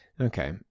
Okay